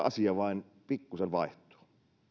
asia vain pikkusen vaihtuu